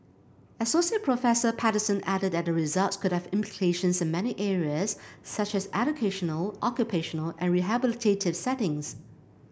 Asst Professor Patterson added that the results could have implications in many areas such as educational occupational and rehabilitative settings